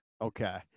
Okay